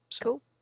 Cool